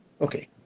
Okay